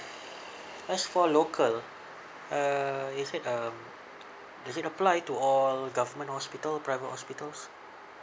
as for local uh is it um does it apply to all government hospital private hospitals